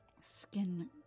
Skin